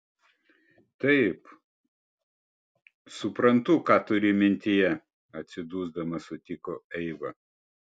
taip suprantu ką turi mintyje atsidusdama sutiko eiva